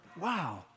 Wow